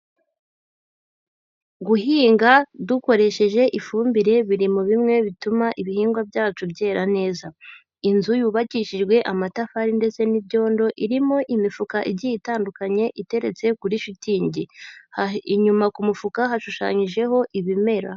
Guhinga dukoresheje ifumbire biri mu bimwe bituma ibihingwa byacu byera neza. Inzu yubakishijwe amatafari ndetse n'ibyondo irimo imifuka igiye itandukanye iteretse kuri shitingi. Inyuma ku mufuka hashushanyijeho ibimera.